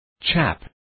Chap